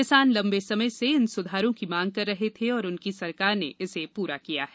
किसान लंबे समय से इन सुधारों की मांग कर रहे थे और उनकी सरकार ने इसे पूरा किया है